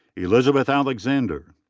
elizabeth alexander.